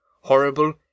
horrible